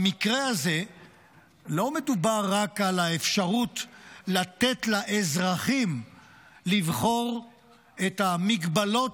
במקרה הזה לא מדובר רק על האפשרות לתת לאזרחים לבחור את המגבלות